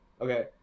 okay